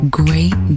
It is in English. great